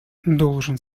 должен